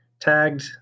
tagged